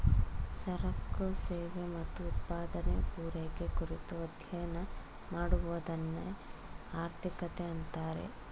ಸರಕು ಸೇವೆ ಮತ್ತು ಉತ್ಪಾದನೆ, ಪೂರೈಕೆ ಕುರಿತು ಅಧ್ಯಯನ ಮಾಡುವದನ್ನೆ ಆರ್ಥಿಕತೆ ಅಂತಾರೆ